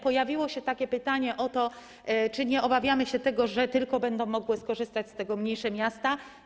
Pojawiło się takie pytanie o to, czy nie obawiamy się tego, że będą mogły skorzystać z tego tylko mniejsze miasta.